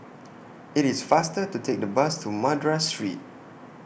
IT IS faster to Take The Bus to Madras Street